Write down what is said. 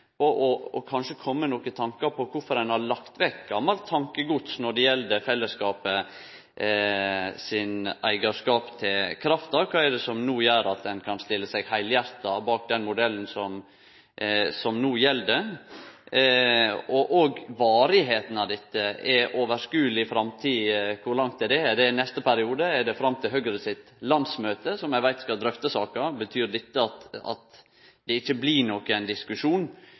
komme med nokre tankar om kvifor dei har lagt vekk gammalt tankegods når det gjeld fellesskapen sin eigarskap til krafta. Kva er det som no gjer at ein kan stille seg heilhjarta bak den modellen som no gjeld? Kva er varigheita av dette? «Oversynleg framtid» – kor langt er det? Er det neste periode? Er det fram til Høgre sitt landsmøte, som eg veit skal drøfte saka? Betyr dette at det ikkje blir nokon diskusjon